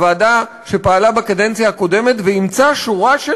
הוועדה שפעלה בקדנציה הקודמת ואימצה שורה של